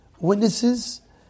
witnesses